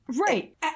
Right